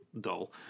dull